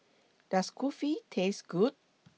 Does Kulfi Taste Good